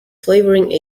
flavoring